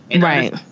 Right